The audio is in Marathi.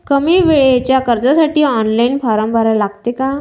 कमी वेळेच्या कर्जासाठी ऑनलाईन फारम भरा लागते का?